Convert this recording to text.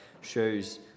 shows